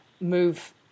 move